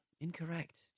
Incorrect